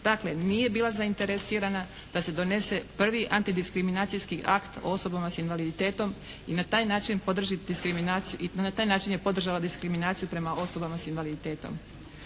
Dakle, nije bila zainteresirana da se donese prvi antidiskriminacijski akt osobama s invaliditetom i na taj način je podržala diskriminaciju prema osobama s invaliditetom.